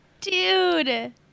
Dude